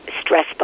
stress